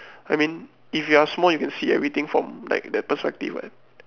I mean if you're small you can see everything from like that perspective what